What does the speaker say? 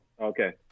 Okay